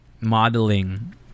modeling